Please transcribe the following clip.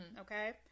okay